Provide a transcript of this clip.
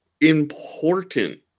Important